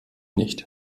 nicht